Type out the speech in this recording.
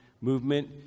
movement